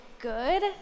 good